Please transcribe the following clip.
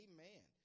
Amen